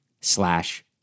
slash